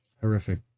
horrific